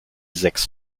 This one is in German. sechs